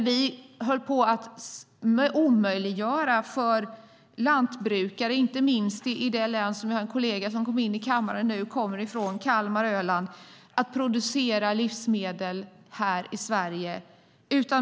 Vi höll på att omöjliggöra för lantbrukare - inte minst i det län som den kollega som nu kommer in i kammaren kommer från, nämligen Kalmar län, Öland - att producera livsmedel här i Sverige.